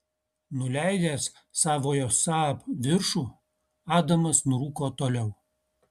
nuleidęs savojo saab viršų adamas nurūko toliau